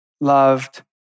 loved